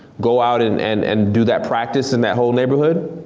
go out and and and do that practice in that whole neighborhood.